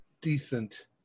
decent